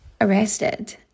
arrested